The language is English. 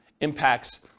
impacts